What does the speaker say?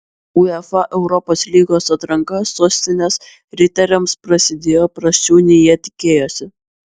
uefa europos lygos atranka sostinės riteriams prasidėjo prasčiau nei jie tikėjosi